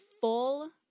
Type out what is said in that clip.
full